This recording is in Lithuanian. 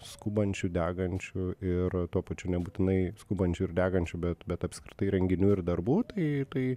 skubančių degančių ir tuo pačiu nebūtinai skubančių ir degančių bet bet apskritai renginių ir darbų tai tai